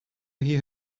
hear